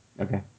Okay